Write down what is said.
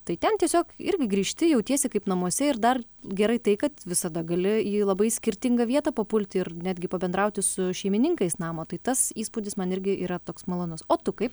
tai ten tiesiog irgi grįžti jautiesi kaip namuose ir dar gerai tai kad visada gali į labai skirtingą vietą papulti ir netgi pabendrauti su šeimininkais namo tai tas įspūdis man irgi yra toks malonus o tu kaip